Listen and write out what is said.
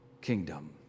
kingdom